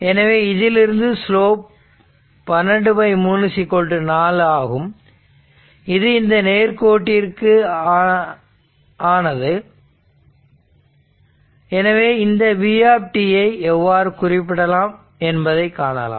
எனவே இதிலிருந்து ஸ்லோப் 12 3 4 ஆகும் இது இந்த நேர்கோட்டிற்கு ஆனது ஆகும எனவே இந்த v ஐ எவ்வாறு குறிப்பிடலாம் என்பதைக் காணலாம்